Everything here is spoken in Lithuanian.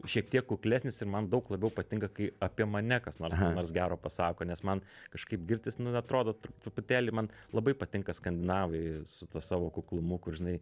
šiek tiek kuklesnis ir man daug labiau patinka kai apie mane kas nors ką nors gero pasako nes man kažkaip girtis nu atrodo trup truputėlį man labai patinka skandinavai su tuo savo kuklumu kur žinai